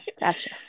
gotcha